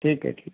ठीक आहे ठीक